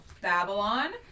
babylon